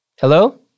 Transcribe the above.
Hello